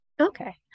Okay